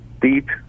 deep